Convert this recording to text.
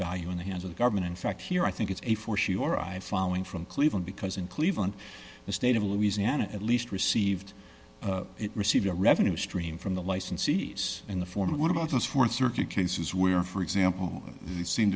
value in the hands of the government in fact here i think it's a for sure i following from cleveland because in cleveland the state of louisiana at least received it received a revenue stream from the licensees in the form of what about us for thirty cases where for example the seem